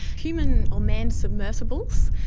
human or manned submersibles,